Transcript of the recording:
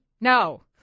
no